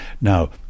now